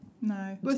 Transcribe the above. No